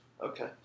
Okay